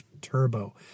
turbo